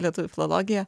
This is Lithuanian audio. lietuvių filologija